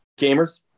gamers